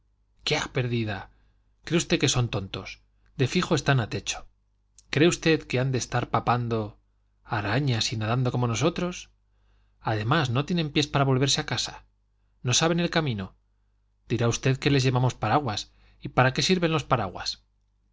quiá perdida cree usted que son tontos de fijo están a techo cree usted que han de estar papando arañas y nadando como nosotros además no tienen pies para volverse a casa no saben el camino dirá usted que les llevamos paraguas y para qué sirven los paraguas